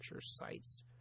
sites